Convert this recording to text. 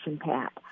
pat